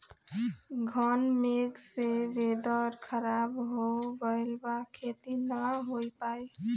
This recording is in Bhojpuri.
घन मेघ से वेदर ख़राब हो गइल बा खेती न हो पाई